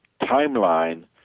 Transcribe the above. timeline